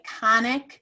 iconic